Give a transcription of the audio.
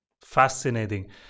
Fascinating